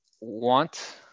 want